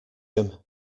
him